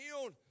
healed